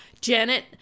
Janet